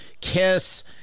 Kiss